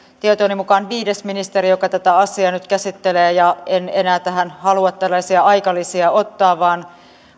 tietojeni mukaan viides ministeri joka tätä asiaa nyt käsittelee ja en enää tähän halua tällaisia aikalisiä ottaa vaan